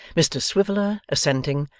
mr swiveller, assenting,